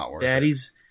Daddy's